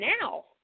now